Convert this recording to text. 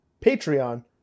Patreon